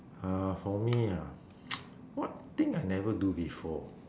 uh for me ah what thing I never do before